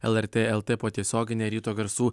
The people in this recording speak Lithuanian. lrt lt po tiesiogine ryto garsų